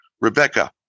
Rebecca